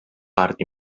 part